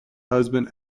husband